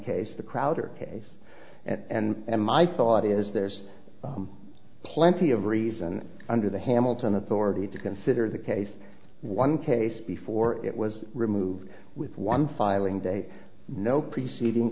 case the crowder case and my thought is there's plenty of reason under the hamilton authority to consider the case one case before it was removed with one filing date no preceding